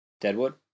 Deadwood